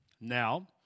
Now